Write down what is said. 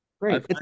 Great